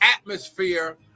atmosphere